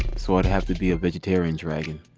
so, i'd have to be a vegetarian dragon,